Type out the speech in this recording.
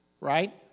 Right